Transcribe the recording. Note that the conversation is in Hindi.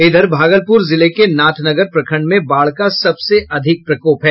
इधर भागलपुर जिले के नाथनगर प्रखंड में बाढ़ का सबसे अधिक प्रकोप है